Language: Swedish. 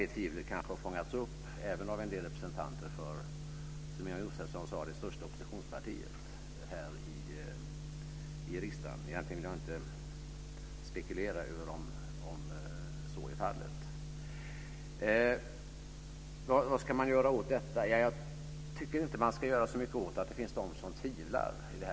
Det tvivlet kanske har fångats upp även av en del representanter för, som Ingemar Josefsson sade, det största oppositionspartiet här i riksdagen. Egentligen vill jag inte spekulera över om så är fallet. Vad ska man göra åt detta? Jag tycker inte att man ska göra så mycket åt att det finns de som tvivlar.